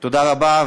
תודה רבה,